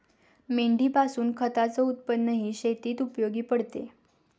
मेंढीपासून खताच उत्पन्नही शेतीत उपयोगी पडते